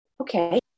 Okay